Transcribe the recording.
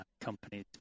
companies